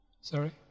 Sorry